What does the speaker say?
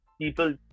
people